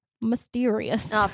Mysterious